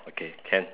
okay can